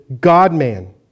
God-man